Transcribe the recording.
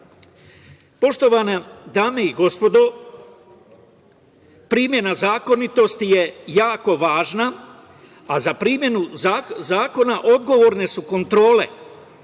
Poštovane dame i gospodo, primena zakonitosti je jako važna, a za primenu zakona odgovorne su kontrole